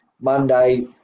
Monday